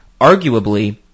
arguably